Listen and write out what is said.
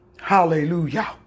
Hallelujah